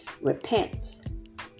Repent